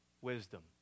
wisdom